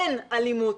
אין אלימות,